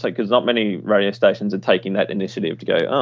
like because not many radio stations are taking that initiative to go, oh,